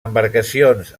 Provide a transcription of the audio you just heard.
embarcacions